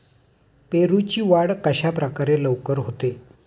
पेरूची वाढ कशाप्रकारे लवकर होते?